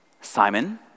Simon